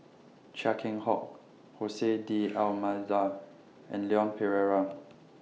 Chia Keng Hock Jose D'almeida and Leon Perera